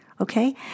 Okay